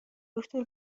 دکتر